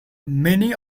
many